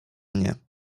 mnie